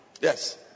Yes